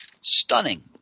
Stunning